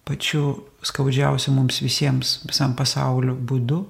pačių skaudžiausiu mums visiems visam pasauliu būdu